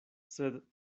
sed